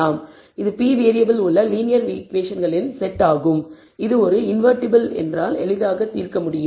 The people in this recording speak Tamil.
இது p வேறியபிள் உள்ள லீனியர் ஈகுவேஷன்களின் செட் ஆகும் இது ஒரு இன்வெர்ட்டிபிள் என்றால் எளிதாக தீர்க்க முடியும்